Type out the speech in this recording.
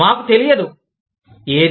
మాకు తెలియదు ఏది